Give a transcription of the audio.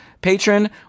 patron